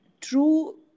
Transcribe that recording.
true